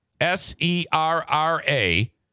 S-E-R-R-A